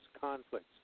conflicts